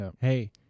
Hey